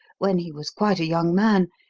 when he was quite a young man,